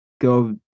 go